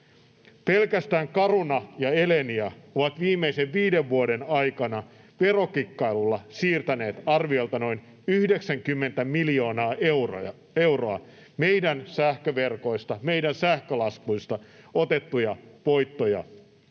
Pelkästään Caruna ja Elenia ovat viimeisen viiden vuoden aikana verokikkailulla siirtäneet arviolta 90 miljoonaa euroa meidän sähköverkoista, meidän sähkölaskuista otettuja voittoja